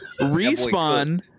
Respawn